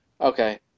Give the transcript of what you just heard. Okay